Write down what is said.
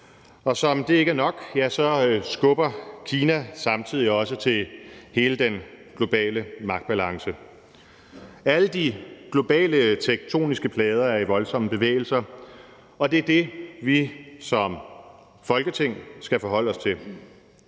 Og som om det ikke er nok, skubber Kina samtidig også til hele den globale magtbalance. Alle de globale tektoniske plader er i voldsomme bevægelser, og det er det, vi som Folketing skal forholde os til.